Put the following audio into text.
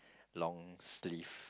long sleeve